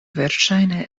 verŝajne